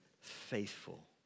faithful